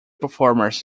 performers